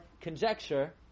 conjecture